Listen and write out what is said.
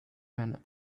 manner